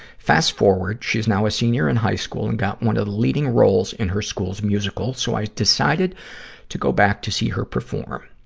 fast forward, she's now a senior in high school and got one of the leading roles in her school's musical, so i decided to go back to see her perform.